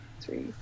three